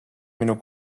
minu